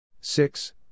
six